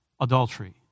adultery